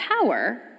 power